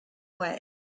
way